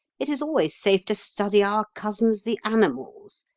it is always safe to study our cousins the animals.